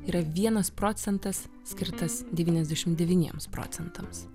yra vienas procentas skirtas devyniasdešimt devyniems procentams